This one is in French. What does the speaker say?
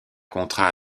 contrat